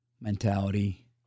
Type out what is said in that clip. Mentality